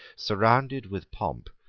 surrounded with pomp,